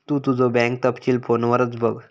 तु तुझो बँक तपशील फोनवरच बघ